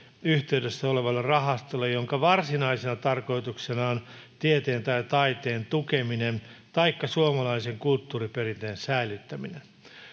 yhteydessä olevalle rahastolle jonka varsinaisena tarkoituksena on tieteen tai taiteen tukeminen taikka suomalaisen kulttuuriperinteen säilyttäminen